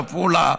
בעפולה,